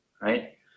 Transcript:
right